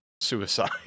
suicide